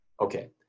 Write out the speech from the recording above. Okay